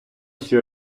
всі